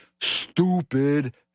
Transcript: stupid